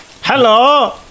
Hello